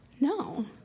No